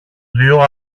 δυο